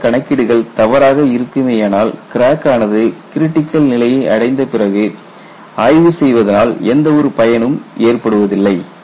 செய்யப்பட்ட கணக்கீடுகள் தவறாக இருக்குமேயானால் கிராக் ஆனது கிரிட்டிக்கல் நிலையை அடைந்தபிறகு ஆய்வு செய்வதனால் எந்த ஒரு பயனும் ஏற்படுவதில்லை